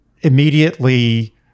immediately